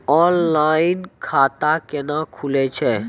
Online खाता केना खुलै छै?